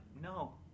No